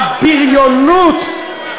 הבריונות,